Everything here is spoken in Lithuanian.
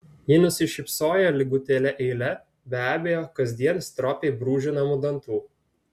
ji nusišypsojo lygutėle eile be abejo kasdien stropiai brūžinamų dantų